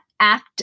act